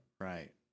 Right